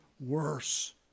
worse